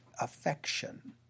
affection